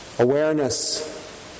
Awareness